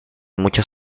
muchos